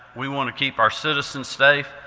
we want to keep our citizens safe,